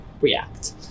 react